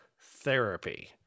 therapy